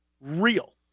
real